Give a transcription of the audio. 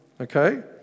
okay